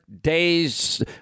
days